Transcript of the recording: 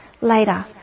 later